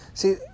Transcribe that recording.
See